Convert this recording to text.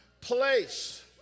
place